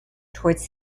towards